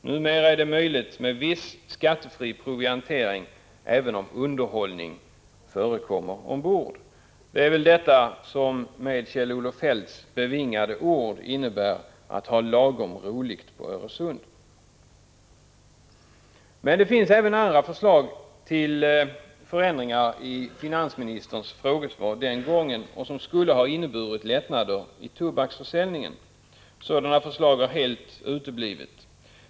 Numera är det möjligt med viss skattefri proviantering, även om underhållning förekommer ombord. Det är väl detta, som, med Kjell-Olof Feldts bevingade ord, innebär att ”ha lagom roligt på Öresund”. Det finns emellertid även andra förslag till förändringar i finansministerns frågesvar den gången vilka skulle ha inneburit lättnader i tobaksförsäljningen. Sådana förslag har helt uteblivit.